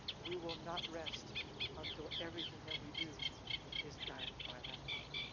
we will not rest until everything that we do is guided by that love.